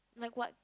like what